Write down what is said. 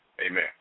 Amen